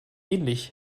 ähnlich